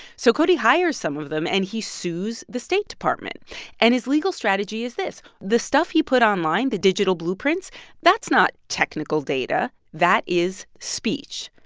so cody hires some of them, and he sues the state department and his legal strategy is this the stuff he put online, the digital blueprints that's not technical data. that is speech.